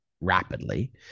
rapidly